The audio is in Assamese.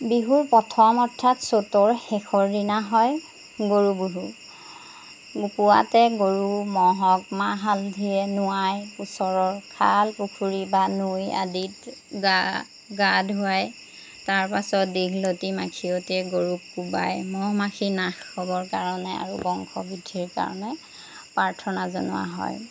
বিহু প্ৰথম অৰ্থাৎ চ'তৰ শেষৰ দিনা হয় গৰু বিহু পুৱাতে গৰু ম'হক মাহ হালধিৰে নোৱাই ওচৰৰ খাল পুখুৰী বা নৈ আদিত গা গা ধুৱাই তাৰপাছত দীঘলতি মাখিয়তীয়ে গৰুক কোবাই ম'হ মাখি নাশ হ'বৰ কাৰণে আৰু বংশ বৃদ্ধিৰ কাৰণে প্ৰাৰ্থনা জনোৱা হয়